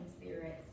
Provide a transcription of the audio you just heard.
spirits